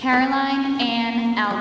caroline and no